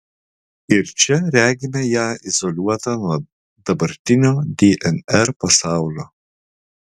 ir čia regime ją izoliuotą nuo dabartinio dnr pasaulio